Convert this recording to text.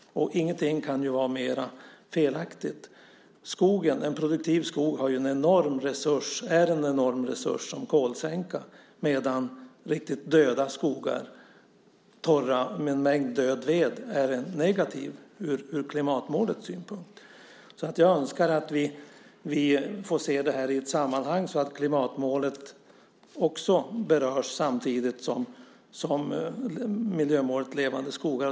Ingenting kan vara mer felaktigt. En produktiv skog är en enorm resurs som kolsänka, medan riktigt döda skogar, torra, med en mängd död ved, är negativa ur klimatmålets synpunkt. Jag önskar att vi får se det här i ett sammanhang så att klimatmålet också berörs samtidigt som miljömålet Levande skogar.